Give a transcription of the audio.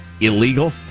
illegal